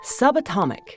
Subatomic